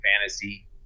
fantasy